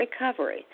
Recovery